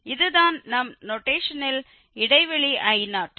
இது தான் நம் நோட்டேஷனில் இடைவெளி I0